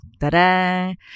Ta-da